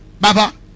Baba